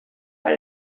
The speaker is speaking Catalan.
per